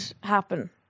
happen